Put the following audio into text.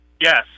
Yes